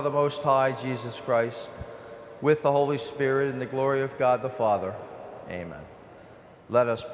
are the most high jesus christ with the holy spirit in the glory of god the father amen let us